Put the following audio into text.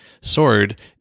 sword